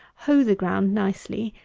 hoe the ground nicely,